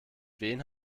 wen